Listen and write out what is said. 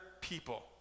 people